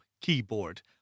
keyboard